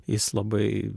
jis labai